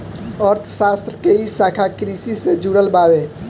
अर्थशास्त्र के इ शाखा कृषि से जुड़ल बावे